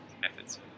methods